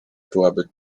byłaby